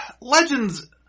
Legends